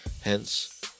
Hence